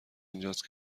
اینجاست